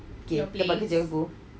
okay tempat kerja aku